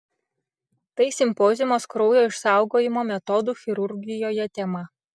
tai simpoziumas kraujo išsaugojimo metodų chirurgijoje tema